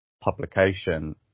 publication